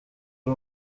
ari